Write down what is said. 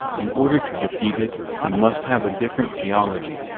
in order to defeat it, you must have a different theology.